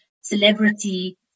celebrity